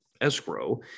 escrow